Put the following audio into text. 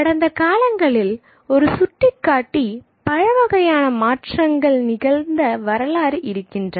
கடந்த காலங்களில் ஒரு சுட்டிக்காட்டி பலவகையான மாற்றங்கள் நிகழ்ந்த வரலாறு இருக்கின்றன